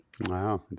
wow